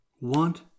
want